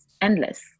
endless